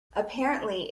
apparently